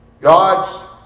God's